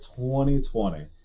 2020